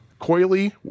coily